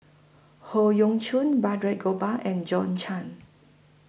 Howe Yoon Chong Balraj Gopal and John Clang